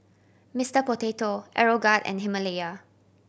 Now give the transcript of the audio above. Mister Potato Aeroguard and Himalaya